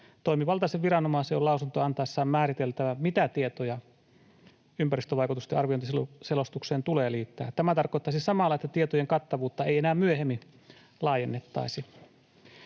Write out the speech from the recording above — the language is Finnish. toimivaltaisen viranomaisen on lausuntoa antaessaan määriteltävä, mitä tietoja ympäristövaikutusten arviointiselostukseen tulee liittää. Tämä tarkoittaisi samalla, että tietojen kattavuutta ei enää myöhemmin laajennettaisi.